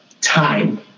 time